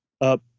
up